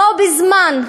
בו-בזמן,